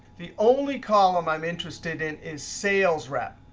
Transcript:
the only column i'm interested in is sales rep.